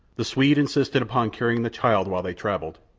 the swede insisted upon carrying the child while they travelled,